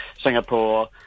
Singapore